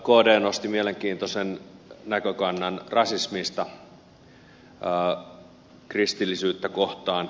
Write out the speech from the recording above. kd nosti esille mielenkiintoisen näkökannan rasismista kristillisyyttä kohtaan